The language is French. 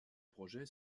projet